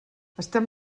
estem